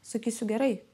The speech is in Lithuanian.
sakysiu gerai